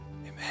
Amen